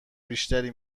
بیشتری